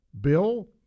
Bill